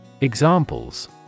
Examples